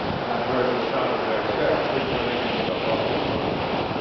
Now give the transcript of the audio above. and i heard the sound of their steps returning into the hollow apartments.